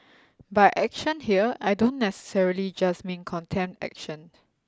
by action here I don't necessarily just mean contempt action